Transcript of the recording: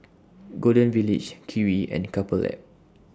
Golden Village Kiwi and Couple Lab